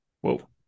Whoa